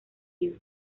you